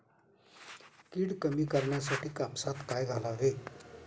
कीड कमी करण्यासाठी कापसात काय घालावे?